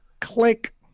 click